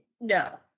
No